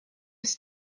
his